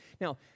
Now